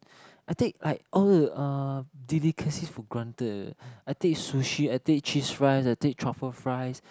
I take like all uh delicacies for granted I take sushi I take cheese fries I take truffle fries